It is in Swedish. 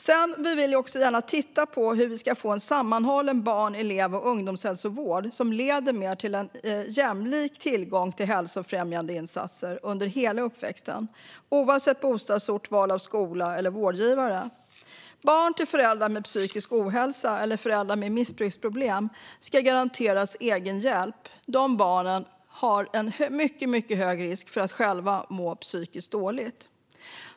Sedan vill vi också gärna titta på hur vi kan få en sammanhållen barn, elev och ungdomshälsovård som leder till en mer jämlik tillgång till hälsofrämjande insatser under hela uppväxten, oavsett bostadsort, val av skola eller vårdgivare. Barn till föräldrar med psykisk ohälsa eller missbruksproblem ska garanteras egenhjälp. De barnen har en mycket hög risk för att själva må psykiskt dåligt.